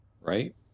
right